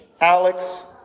Alex